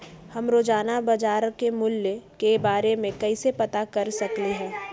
हम रोजाना बाजार के मूल्य के के बारे में कैसे पता कर सकली ह?